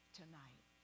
tonight